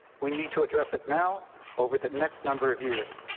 we need to address it now over the next number of years.